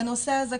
בנושא הזה,